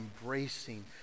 embracing